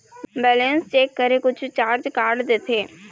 Balance check करें कुछू charge काट देथे?